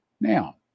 Now